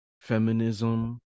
feminism